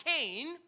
Cain